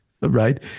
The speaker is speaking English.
right